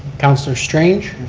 councilor strange.